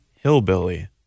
hillbilly